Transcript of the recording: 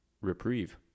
reprieve